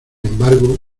embargo